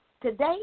today